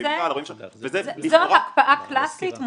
--- זו הקפאה קלאסית מוכרת.